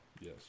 yes